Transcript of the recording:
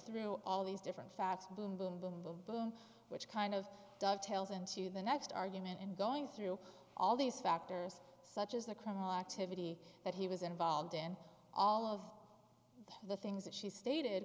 through all these different facts boom boom boom boom boom which kind of dovetails into the next argument and going through all these factors such as the criminal activity that he was involved in all of the things that she stated